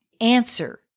Answer